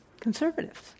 conservatives